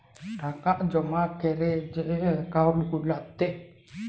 টাকা জমা ক্যরে যে একাউল্ট গুলাতে